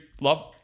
love